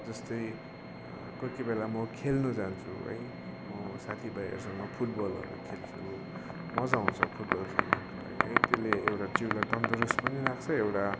जस्तै कोही कोही बेला म खेल्नु जान्छु है म साथीभाइहरूसँग फुटबलहरू खेल्छु मजा आउँछ फुटबल खेल्नको लागि है त्यसले एउटा जिउलाई तन्दुरुस्त पनि राख्छ एउटा